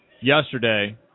Yesterday